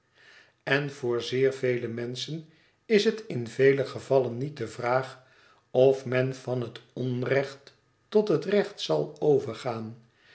en voor zeer vele menschen is het in vele gevallen niet de vraag of men van het onrecht tot het recht zal overgaan